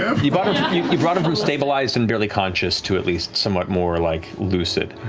ah you but you brought him from stabilized and barely conscious to at least somewhat more like, lucid.